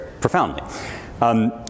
profoundly